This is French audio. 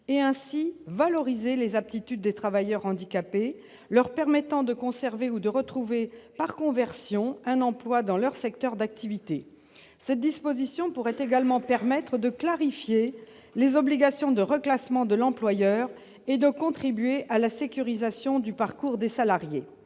est ainsi valorisé les aptitudes des travailleurs handicapés, leur permettant de conserver ou de retrouver par conversion un emploi dans leur secteur d'activité, cette disposition pourrait également permettre de clarifier les obligations de reclassements de l'employeur et de contribuer à la sécurisation du parcours des salariés.